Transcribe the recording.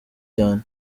cyane